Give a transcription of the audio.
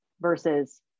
versus